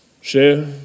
share